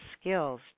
skills